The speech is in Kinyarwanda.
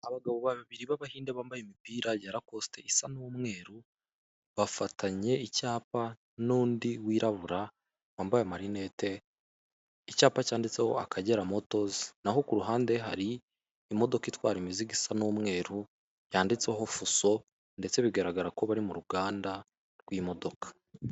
Abagabo babiri b'abahinde bambaye imipira ya rakosite isa n'umweru, bafatanye icyapa n'undi wirabura, wambaye amarinete, icyapa cyanditseho Akagera motozi, naho ku ruhande hari imodoka itwara imizigo isa n'umweru, yanditseho fuso ndetse bigaragara ko bari mu ruganda rw'imodoka.